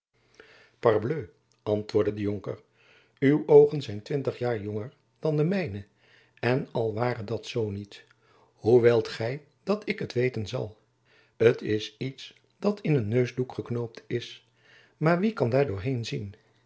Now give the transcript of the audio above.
parbleu antwoordde de jonker uw oogen zijn twintig jaar jonger dan de mijne en al ware dat zoo niet hoe wilt gy dat ik t weten zal t is iets dat in een neusdoek geknoopt is maar wie kan daar doorheen zien